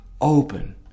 open